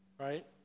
right